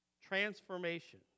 Transformation